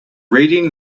reading